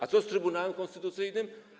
A co z Trybunałem Konstytucyjnym?